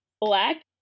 black